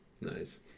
Nice